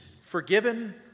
forgiven